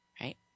right